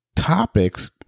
Topics